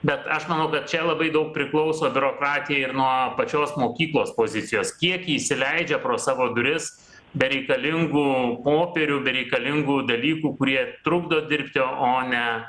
bet aš manau kad čia labai daug priklauso biurokratija ir nuo pačios mokyklos pozicijos kiek įsileidžia pro savo duris bereikalingų popierių bereikalingų dalykų kurie trukdo dirbti o ne